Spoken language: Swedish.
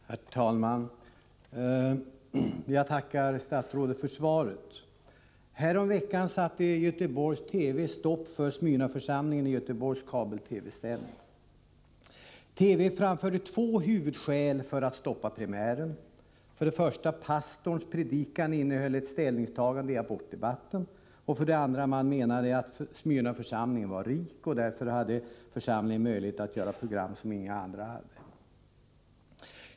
Herr talman! Jag tackar statsrådet för svaret. Häromveckan satte Göteborgs TV stopp för Smyrnaförsamlingens i Göteborg kabel-TV-sändning. TV framförde två huvudskäl för att stoppa premiären. För det första innehöll pastorns predikan ett ställningstagande i abortfrågan. För det andra var Smyrnaförsamlingen rik och hade sådana möjligheter att göra program som ingen annan hade.